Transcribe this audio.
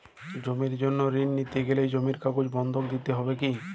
জমির জন্য ঋন নিতে গেলে জমির কাগজ বন্ধক দিতে হবে কি?